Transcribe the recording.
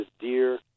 deer